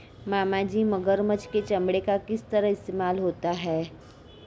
मामाजी मगरमच्छ के चमड़े का किस तरह इस्तेमाल होता है?